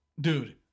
dude